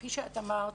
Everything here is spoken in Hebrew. כפי שאת אמרת,